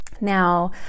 Now